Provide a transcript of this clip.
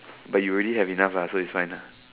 but you already have enough lah so it's fine lah